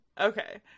okay